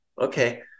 okay